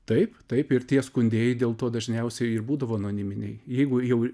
taip taip ir tie skundėjai dėl to dažniausiai ir būdavo anoniminiai jeigu jau